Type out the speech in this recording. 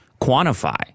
quantify